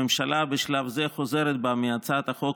הממשלה בשלב זה חוזרת בה מהצעת החוק